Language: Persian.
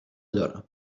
دارم